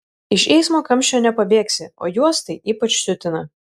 iš eismo kamščio nepabėgsi o juos tai ypač siutina